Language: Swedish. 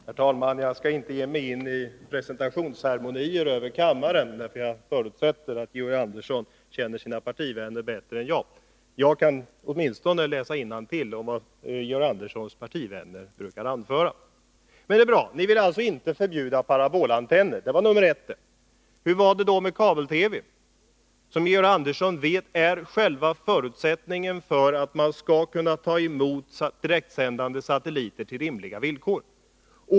Herr talman! Jag skall inte ge mig in i presentationsceremonier när det gäller kammarens ledamöter — jag förutsätter att Georg Andersson känner sina partivänner bättre än jag gör. Men jag kan åtminstone läsa innantill vad Georg Anderssons partivänner brukar anföra. Men ni vill alltså inte förbjuda parabolantenner — det är bra. Hur är det då med kabel-TV, som Georg Andersson vet är själva förutsättningen för att man på rimliga villkor skall kunna ta emot sändningar från direktsändande satelliter?